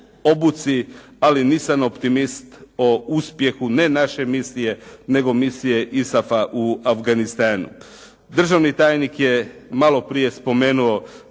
ali nisam optimist o uspjehu ne naše misije nego misije ISAF-a u Afganistanu. Državni tajnik je malo prije spomenuo